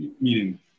meaning